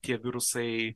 tie virusai